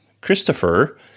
Christopher